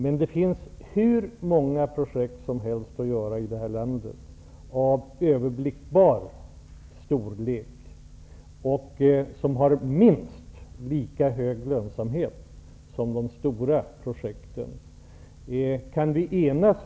Men det finns hur många projekt som helst av överblickbar storlek och med minst lika hög lönsamhet som de stora projekten att genomföra här i landet.